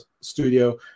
studio